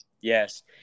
Yes